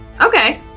Okay